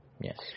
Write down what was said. Yes